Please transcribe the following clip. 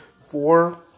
four